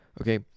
Okay